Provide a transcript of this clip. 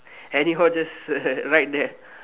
anyhow just ride there